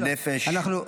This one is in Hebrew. בנפש,